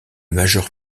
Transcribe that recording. majeure